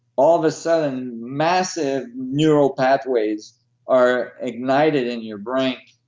all of a sudden, massive neural pathways are ignited in your brain.